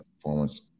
performance